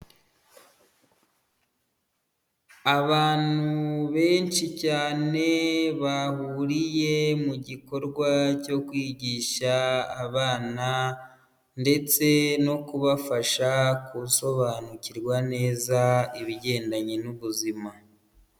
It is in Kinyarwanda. Abantu benshi cyane bahuriye mu gikorwa cyo kwigisha abana ndetse no kubafasha gusobanukirwa neza ibigendanye n'ubuzima.